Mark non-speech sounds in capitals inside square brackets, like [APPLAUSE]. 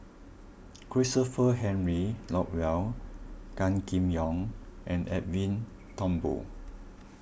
[NOISE] Christopher Henry Rothwell Gan Kim Yong and Edwin Thumboo